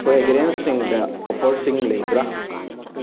ꯐ꯭ꯔꯦꯒ꯭ꯔꯦꯟꯁꯁꯤꯡꯗ ꯑꯣꯐꯔꯁꯤꯡ ꯂꯩꯕ꯭ꯔꯥ